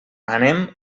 anem